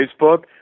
Facebook